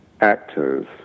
actors